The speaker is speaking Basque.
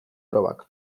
probak